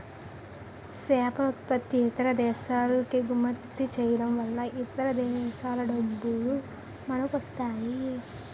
సేపలుత్పత్తి ఇతర దేశాలకెగుమతి చేయడంవలన ఇతర దేశాల డబ్బులు మనకొస్తాయి